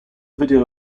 video